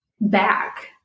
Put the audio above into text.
back